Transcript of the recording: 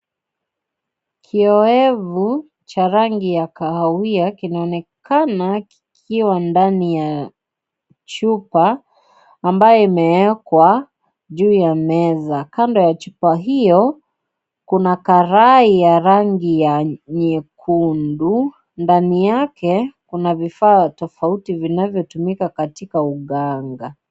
Kiwewevu cha rangi ya kahawia kinaonekana kikiwa ndani ya chupa ambayo imeekwa juu ya meza, kando ya chupa hiyo kuna karai ya rangi ya nyekundu ndani yake kuna vifaa tofauti vinavyotumika katika uganga.